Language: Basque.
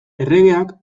erregeak